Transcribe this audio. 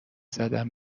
زدن